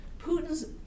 Putin's